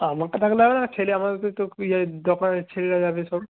আমার তো থাকলে হবে না ছেলে আমাদের তো ইয়ে দোকানের ছেলেরা যাবে সব